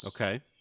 Okay